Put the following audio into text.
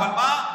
אבל מה,